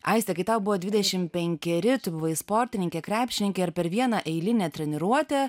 aiste kai tau buvo dvidešimt penkeri tu buvai sportininkė krepšininkė ar per vieną eilinę treniruotę